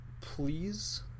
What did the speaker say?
Please